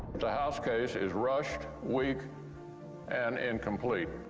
the house case is rushed, weak and incomplete.